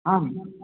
आं